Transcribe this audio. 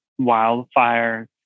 wildfires